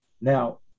Now